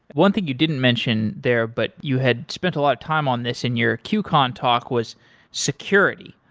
one thing you didn't mention there, but you had spent a lot of time on this in your qcon talk was security.